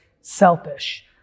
selfish